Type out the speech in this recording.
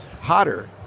hotter